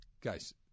Guys